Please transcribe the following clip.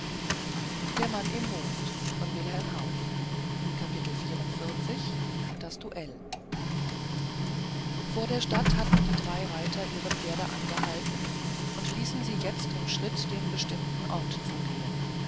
das duell vor der stadt hatten die drei reiter ihre pferde angehalten und ließen sie jetzt im schritt dem bestimmten ort zugehen